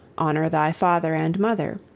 honor thy father and mother,